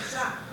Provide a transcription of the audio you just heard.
בבקשה.